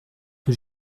que